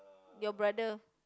your brother